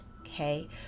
Okay